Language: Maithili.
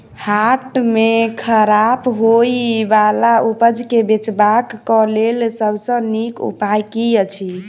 हाट मे खराब होय बला उपज केँ बेचबाक क लेल सबसँ नीक उपाय की अछि?